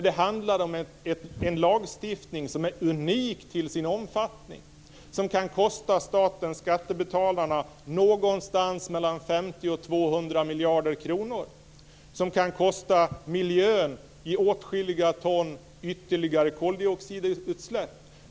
Det handlar om en lagstiftning som är unik till sin omfattning och som kan kosta skattebetalarna 50-200 miljarder kronor, som kan kosta miljön åtskilliga ton ytterligare koldioxidutsläpp.